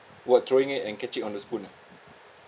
what throwing it and catching on the spoon ah